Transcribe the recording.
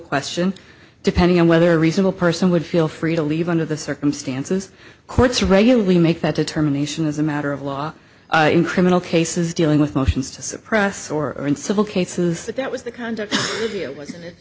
question depending on whether a reasonable person would feel free to leave under the circumstances court's regularly make that determination as a matter of law in criminal cases dealing with motions to suppress or in civil cases that that was the conduct